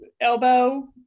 elbow